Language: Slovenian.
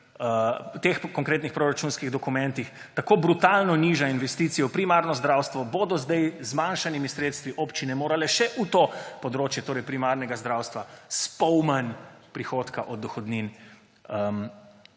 v teh konkretnih proračunskih dokumentih tako brutalno niža investicije v primarno zdravstvo, bodo zdaj z zmanjšanimi sredstvi občine morale še v področje primarnega zdravstva s pol manj prihodka od dohodnin